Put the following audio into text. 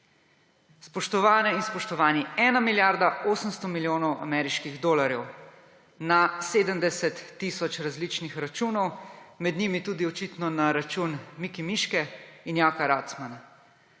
Spoštovane in spoštovani! Ena milijarda 800 milijonov ameriških dolarjev na 70 tisoč različnih računov, med njimi tudi očitno na račun Miki Miške in Jake Racmana.